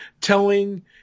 telling